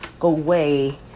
away